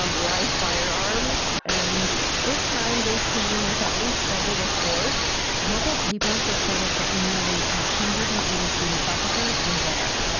um live firearms. and this time, they came with at least double the force local papers reported that nearly one ah hundred and eighty police officers were there.